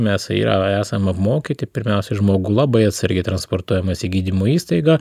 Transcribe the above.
mes jau esam apmokyti pirmiausia žmogų labai atsargi transportuojamas į gydymo įstaigą